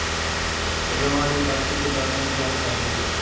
जामा निकासी के बारे में जानकारी?